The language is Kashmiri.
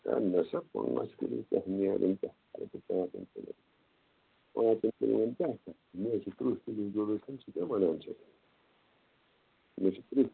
ہے نَہ سا پانٛژھ کِلوٗ کیٛاہ نیرِ کیٛاہ تتہِ پانٛژَن کِلوَن پانٛژَن کِلوٗوَن کیٛاہ کرٕ مےٚ ہے چھِ تٕرٛہ کِلوٗ ضروٗرت ژٕ کیٛاہ وَنان چھیٚکھ یہِ مےٚ چھِ تٕرٛہ